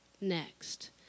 next